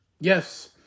yes